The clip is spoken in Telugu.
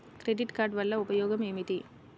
క్రెడిట్ కార్డ్ వల్ల ఉపయోగం ఏమిటీ?